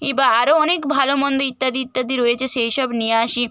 ইবা আরও অনেক ভালো মন্দ ইত্যাদি ইত্যাদি রয়েছে সেই সব নিয়ে আসি